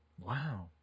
Wow